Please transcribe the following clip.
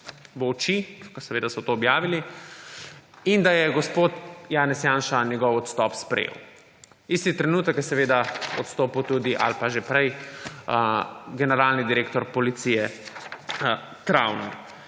v oči, ki seveda so to objavili, in da je gospod Janez Janša njegov odstop sprejel. Isti trenutek je seveda odstopil tudi, ali pa že prej, generalni direktor policije Travner.